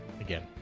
Again